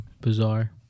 bizarre